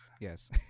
Yes